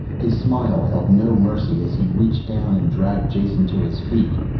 his smile held no mercy as he reached down and dragged jason to his feet.